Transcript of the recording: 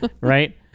Right